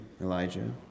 Elijah